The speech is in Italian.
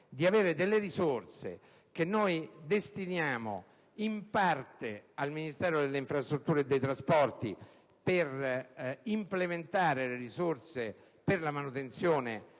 di avere delle risorse che vengono destinate in parte al Ministro delle infrastrutture e dei trasporti, per incrementare le dotazioni per la manutenzione